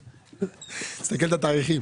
תסתכל על התאריכים.